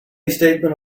statement